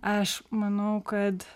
aš manau kad